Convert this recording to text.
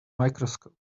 microscope